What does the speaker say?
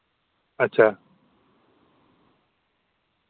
अच्छा